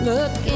Look